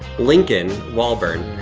lincoln wallburn.